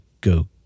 go